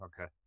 Okay